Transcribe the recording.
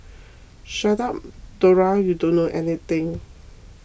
shut up Dora you don't know anything